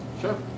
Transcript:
Sure